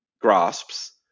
grasps